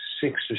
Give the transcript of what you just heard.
six